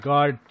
God